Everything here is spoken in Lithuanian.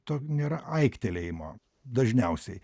to nėra aiktelėjimo dažniausiai